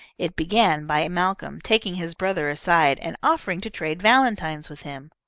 it began by malcolm taking his brother aside and offering to trade valentines with him.